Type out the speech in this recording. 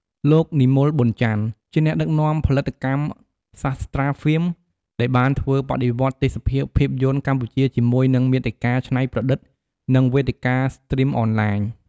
លោក និមល ប៊ុនច័ន្ទ ជាអ្នកដឹកនាំផលិតកម្ម សាស្ត្រា ហ្វៀម ដែលបានធ្វើបដិវត្តន៍ទេសភាពភាពយន្តកម្ពុជាជាមួយនឹងមាតិកាច្នៃប្រឌិត និងវេទិកាស្ទ្រីមអនឡាញ។